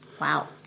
Wow